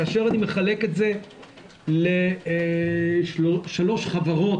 כאשר אני מחלק את זה לשלוש חברות,